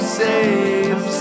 safe